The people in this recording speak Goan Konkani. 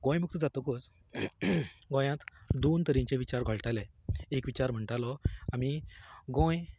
गोंय मुक्त जातकच गोंयांत दोन तरेचे विचार घोळटाले एक विचार म्हणटालो आमी गोंय